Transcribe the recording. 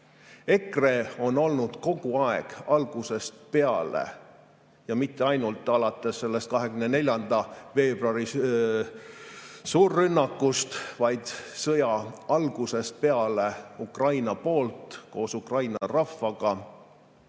EKRE on olnud kogu aeg, algusest peale, ja mitte ainult alates sellest 24. veebruari suurrünnakust, vaid sõja algusest peale Ukraina poolt, koos Ukraina rahvaga.